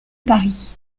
paris